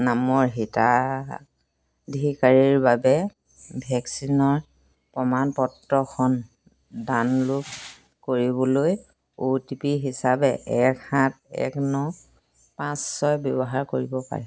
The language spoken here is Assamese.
নামৰ হিতাধিকাৰীৰ বাবে ভেকচিনৰ প্ৰমাণ পত্ৰখন ডাউনলোড কৰিবলৈ অ' টি পি হিচাপে এক সাত এক ন পাঁচ ছয় ব্যৱহাৰ কৰিব পাৰে